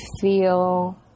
feel